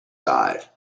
side